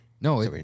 no